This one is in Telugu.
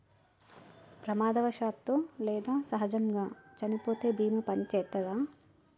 ప్రమాదవశాత్తు లేదా సహజముగా చనిపోతే బీమా పనిచేత్తదా?